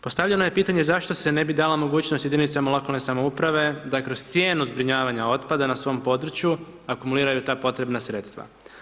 Postavljeno je pitanje zašto se ne bi dalo mogućnost jedinicama lokalne samouprave da kroz cijenu zbrinjavanja otpada na svom području akumuliraju ta potrebna sredstva.